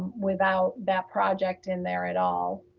without that project in there at all,